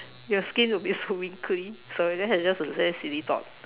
your skin will be so wrinkly sorry that was just a very silly thought